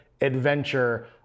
adventure